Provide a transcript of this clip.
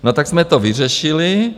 No tak jsme to vyřešili.